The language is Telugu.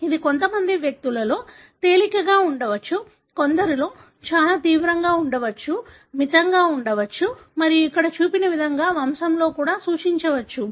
ఇది కొంతమంది వ్యక్తులలో తేలికగా ఉండవచ్చు కొందరిలో చాలా తీవ్రంగా ఉండవచ్చు మితంగా ఉండవచ్చు మరియు ఇక్కడ చూపిన విధంగా వంశంలో కూడా సూచించవచ్చు